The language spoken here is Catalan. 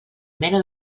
mena